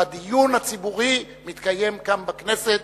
והדיון הציבורי מתקיים גם בכנסת